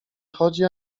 chodzi